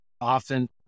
Often